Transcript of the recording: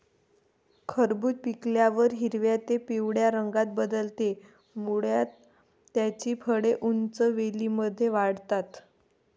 खरबूज पिकल्यावर हिरव्या ते पिवळ्या रंगात बदलते, मुळात त्याची फळे उंच वेलींमध्ये वाढतात